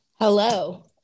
Hello